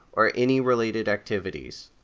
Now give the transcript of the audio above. or any related activities.